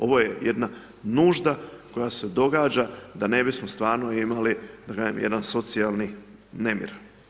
Ovo je jedna nužda koja se događa da ne bismo stvarno imali, da kažem, jedan socijalni nemir.